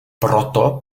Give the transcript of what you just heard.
proto